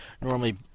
normally